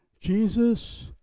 Jesus